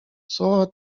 słowa